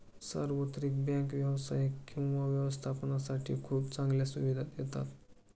सार्वत्रिक बँकेत व्यवसाय किंवा व्यवस्थापनासाठी खूप चांगल्या सुविधा देतात